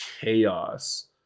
chaos